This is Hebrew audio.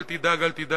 אל תדאג, אל תדאג.